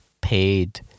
paid